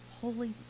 holy